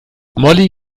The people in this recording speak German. molly